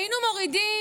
היינו מורידים,